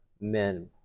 men